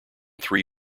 three